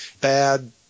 bad